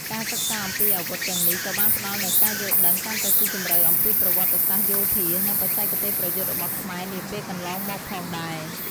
ការសិក្សាអំពីអាវុធទាំងនេះក៏បានផ្តល់នូវការយល់ដឹងកាន់តែស៊ីជម្រៅអំពីប្រវត្តិសាស្ត្រយោធា និងបច្ចេកទេសប្រយុទ្ធរបស់ខ្មែរនាពេលកន្លងមកផងដែរ។